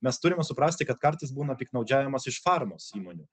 mes turime suprasti kad kartais būna piktnaudžiavimas iš farmos įmonių